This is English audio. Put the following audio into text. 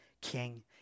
king